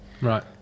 right